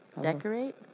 decorate